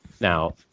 Now